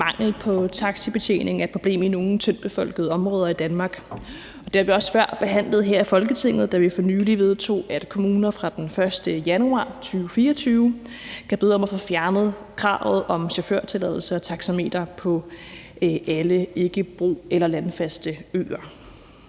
mangel på taxabetjening er et problem i nogle tyndtbefolkede områder i Danmark, og det har vi også før behandlet her i Folketinget, da vi for nylig vedtog, at kommuner fra den 1. januar 2024 har kunnet bede om at få fjernet kravet om chaufførtilladelse og taxameter på alle ikkebro- eller -landfaste øer.